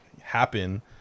happen